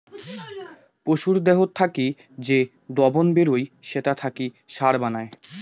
পশুর দেহত থাকি যে দবন বেরুই সেটা থাকি সার বানায়